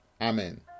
Amen